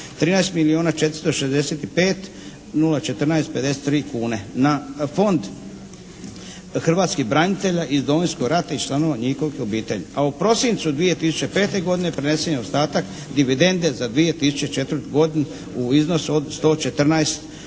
13.465.014,53 kune na Fond hrvatskih branitelja iz Domovinskog rata i članova njihovih obitelji, a u prosincu 2005. godine prenesen je ostatak dividende za 2004. godinu u iznosu od 114